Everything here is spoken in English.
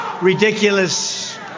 ridiculous